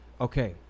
okay